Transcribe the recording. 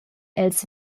els